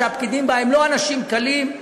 שהפקידים בה הם לא אנשים קלים,